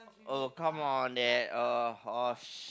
oh come on that uh oh sh~